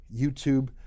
YouTube